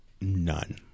None